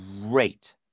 great